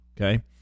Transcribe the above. Okay